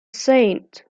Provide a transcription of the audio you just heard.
saint